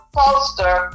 poster